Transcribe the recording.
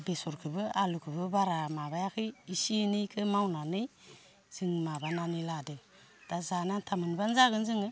बेसरखोबो आलुखोबो बारा माबायाखै इसे इनैखो मावनानै जों माबानानै लादो दा जानो आन्था मोनबानो जागोन जोङो